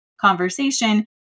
conversation